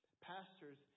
Pastors